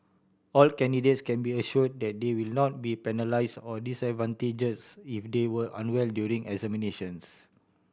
all candidates can be assure that they will not be penalise or disadvantages if they were unwell during examinations